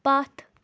پتھ